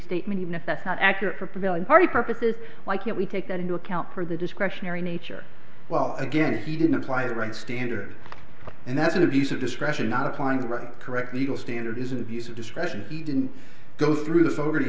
statement even if that's not accurate for prevailing party purposes why can't we take that into account for the discretionary nature well again he didn't apply it right standard and that's an abuse of discretion not applying the correct needle standard is an abuse of discretion he didn't go through this